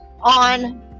on